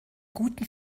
guten